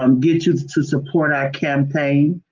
um get you to support our campaign.